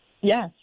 Yes